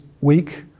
Week